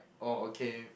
oh okay